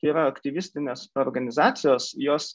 yra aktyvistinės organizacijos jos